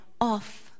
off